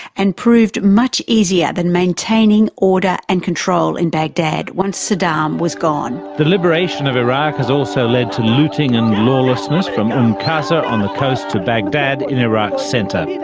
and proved much easier than maintaining order and control in bagdad once saddam was gone. the liberation of iraq has also led to looting and lawlessness from umm qasr on the coast to baghdad in iraq's centre.